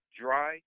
dry